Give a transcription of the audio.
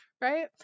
right